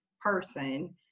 person